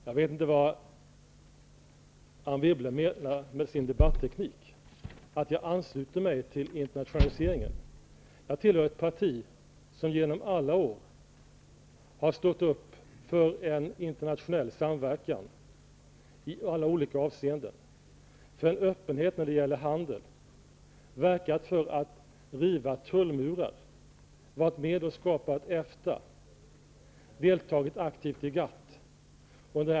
Herr talman! Jag vet inte vad Anne Wibble menar med sin debatteknik och att jag ansluter mig till internationaliseringen. Jag tillhör ett parti som genom alla år har stått upp för en internationell samverkan i alla avseenden och för en öppenhet när det gäller handeln. Vi har verkat för att riva tullmurar. Vi har varit med och skapat EFTA och deltagit aktivt i GATT.